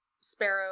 Sparrow